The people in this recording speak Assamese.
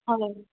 হয়